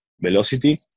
velocity